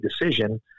decision